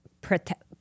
protect